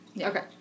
Okay